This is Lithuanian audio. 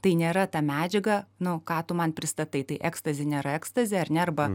tai nėra ta medžiaga nu ką tu man pristatai tai ekstazi nėra ekstazi ar ne arba